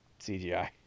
CGI